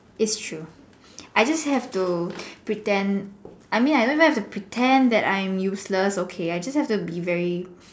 its true I just have to pretend I mean I don't even have to pretend that I am useless okay I just have to be very